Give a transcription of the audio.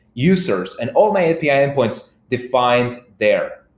users, and all my api endpoints defined there.